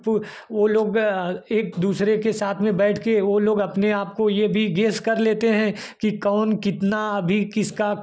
पू वह लोग एक दूसरे के साथ में बैठकर वह लोग अपने आप को यह भी गेस कर लेते हैं कि कौन कितना अभी किसका